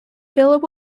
philip